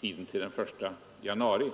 tidpunkten till den 1 januari.